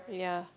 yeah